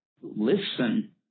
listen